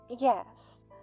yes